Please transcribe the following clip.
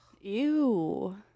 Ew